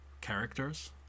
characters